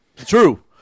True